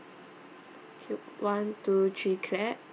cue one two three clap